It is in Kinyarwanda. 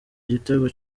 gitego